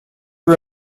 you